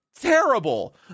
terrible